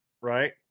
Right